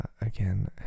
Again